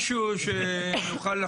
משהו שנוכל לחוש.